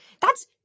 that's-